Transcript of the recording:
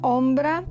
ombra